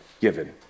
given